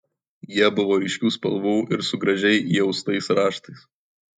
jie buvo ryškių spalvų ir su gražiai įaustais raštais